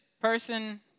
person